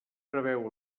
preveu